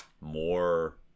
more